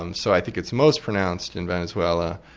um so i think it's most pronounced in venezuela.